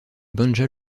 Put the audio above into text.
banja